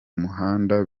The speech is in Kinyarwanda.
muhanda